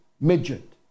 midget